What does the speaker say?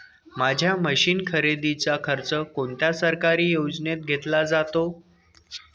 माझ्या मशीन खरेदीचा खर्च कोणत्या सरकारी योजनेत घेतला जातो?